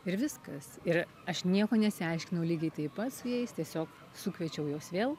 ir viskas ir aš nieko nesiaiškinau lygiai taip pat su jais tiesiog sukviečiau juos vėl